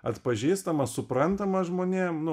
atpažįstama suprantama žmonėm nu